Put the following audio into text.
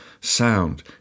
sound